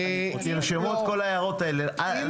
אם לא